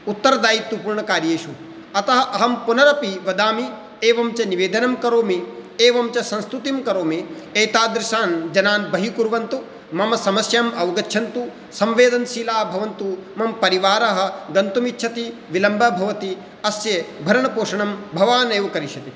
उत्तरदायित्वपूर्णकार्येषु अतः अहं पुनरपि वदामि एवञ्च निवेदनं करोमि एवञ्च संस्तुतिं करोमि एतादृशान् जनान् बहिकुर्वन्तु मम समस्याम् अवगच्छन्तु संवेदनशीलाः भवन्तु मम परिवारः गन्तुमिच्छति विलम्बः भवति अस्य भरणपोषणं भवान् एव करिष्यति